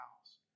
house